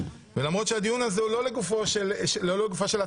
ולמרות שהדיון הזה הוא לא לגופה של הצעת